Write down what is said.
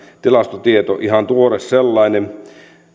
tilastotieto ihan tuore sellainen